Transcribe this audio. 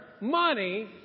money